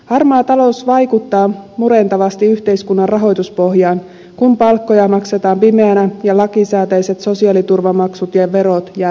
harmaa talous vaikuttaa murentavasti yhteiskunnan rahoituspohjaan kun palkkoja maksetaan pimeinä ja lakisääteiset sosiaaliturvamaksut ja verot jäävät maksamatta